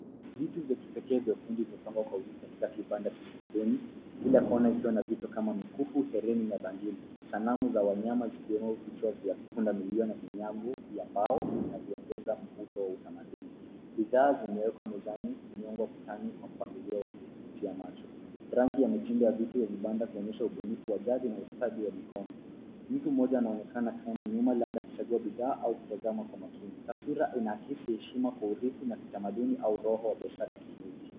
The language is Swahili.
Vitu vya kipekee vya fundi vimepangwa kwa wingi katika kibanda cha sakuni. Kila kona likiwa na vitu kama mikufu, hereni na bangili. Sanamu za wanyama zikiwemo vichwa vya pundamilia na vinyango, vya mbao inavyongeza mvuto wa utamaduni. Bidhaa zimewekwa mezani kunyongwa ukutani kwa mpangilio wa kuvutia macho. Rangi ya mchinda ya vitu ya vibanda kuonyesha ubunifu wa gadi na ustadi ya mikono. Mtu mmoja anaonekana akisimama nyuma labda akichagua bidhaa au akitazama kwa makini. Taswira inaakisi heshima kwa uridhi na kitamaduni na uroho wa kibiashara.